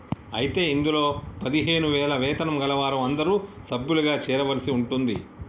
అయితే ఇందులో పదిహేను వేల వేతనం కలవారు అందరూ సభ్యులుగా చేరవలసి ఉంటుంది